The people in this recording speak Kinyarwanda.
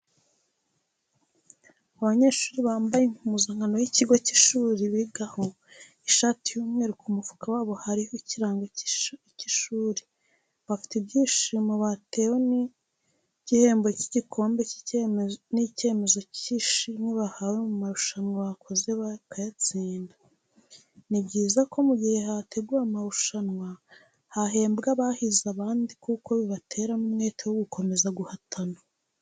Abanyeshuri bambaye impuzankano y'ikigo cy'ishuri bigaho, ishati y'umweru, ku mufuka wayo hariho ikirango cy'ishuri, bafite ibyishimo batewe n'igihembo cy'igikombe n'icyemezo cy'ishimwe bahawe mu marushanwa bakoze bakayatsinda .Ni byiza ko mu gihe hateguwe amarushanwa hahembwa abahize abandi kuko bibatera n'umwete wo gukomeza guhatana.